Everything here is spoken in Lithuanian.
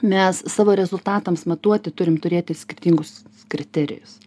mes savo rezultatams matuoti turim turėti skirtingus kriterijus